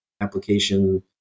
application